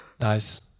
nice